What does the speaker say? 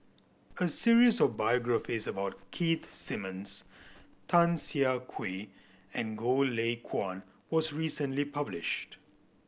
a series of biographies about Keith Simmons Tan Siah Kwee and Goh Lay Kuan was recently published